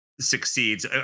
succeeds